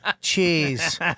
Cheese